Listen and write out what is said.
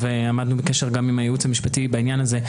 והיינו בקשר גם עם הייעוץ המשפטי בעניין הזה,